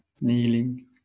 kneeling